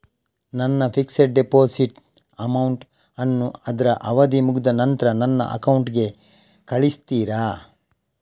ನನ್ನ fixed deposit amount ಅನ್ನು ಅದ್ರ ಅವಧಿ ಮುಗ್ದ ನಂತ್ರ ನನ್ನ ಅಕೌಂಟ್ ಗೆ ಕಳಿಸ್ತೀರಾ?